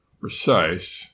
precise